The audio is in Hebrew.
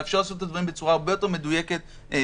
מאפשר לעשות את הדברים בצורה הרבה יותר מדויקת ונכונה.